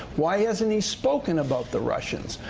why hasn't he spoken about the russians?